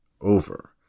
over